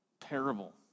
parable